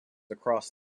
across